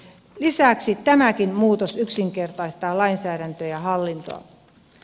lisäksi tämäkin muutos yksinkertaistaa lainsäädäntöä ja hallintoa